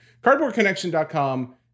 CardboardConnection.com